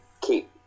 keep